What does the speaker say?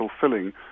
fulfilling